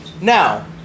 Now